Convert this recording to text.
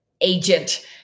agent